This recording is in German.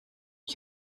ich